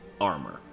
armor